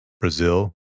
Brazil